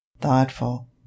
thoughtful